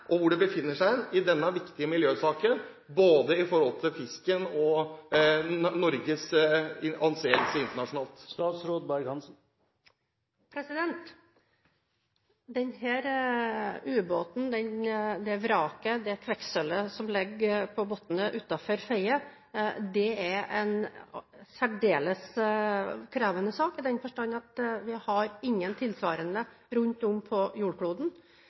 om hvor den forsvunne midtseksjonen – og kvikksølvlasten der – er i denne viktige miljøsaken, både med tanke på fisken og Norges anseelse internasjonalt? Denne ubåten – det vraket – og det kvikksølvet som ligger på bunnen utenfor Fedje, er en særdeles krevende sak i den forstand at vi har ingen tilsvarende rundt om på jordkloden.